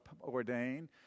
ordained